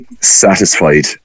Satisfied